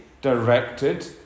directed